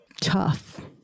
tough